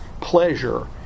pleasure